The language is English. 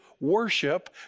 worship